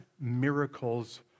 miracles